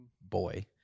boy